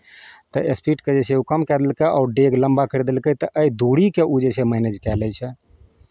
तऽ स्पीडके जे छै ओ कम कए देलकै आओर डेग लम्बा करि देलकै तऽ एहि दूरीके ओ जे छै मैनेज कए लै छै